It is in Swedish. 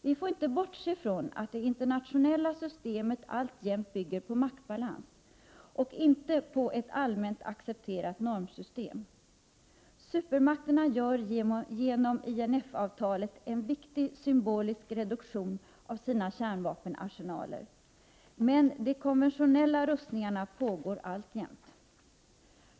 Vi får inte bortse från att det internationella systemet alltjämt bygger på maktbalans och inte på ett allmänt accepterat normsystem. Supermakterna gör genom INF-avtalet en viktig symbolisk reduktion av sina kärnvapenarsenaler. Men de konventionella rustningarna pågår alltjämt.